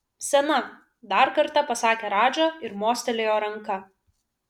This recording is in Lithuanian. sena dar kartą pasakė radža ir mostelėjo ranka